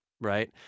right